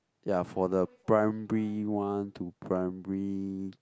ya for the primary one to primary